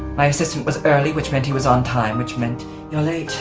my assistant was early, which meant he was on time, which meant yeah late.